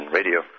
radio